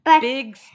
big